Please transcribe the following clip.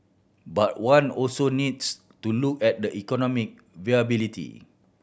but one also needs to look at the economic viability